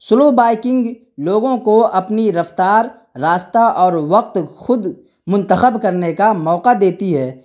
سلو biking لوگوں کو اپنی رفتار راستہ اور وقت خود منتخب کرنے کا موقع دیتی ہے